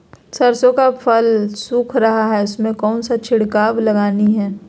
सरसो का फल सुख रहा है उसमें कौन सा छिड़काव लगानी है?